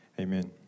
Amen